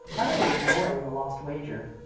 utterly ignoring the lost wager.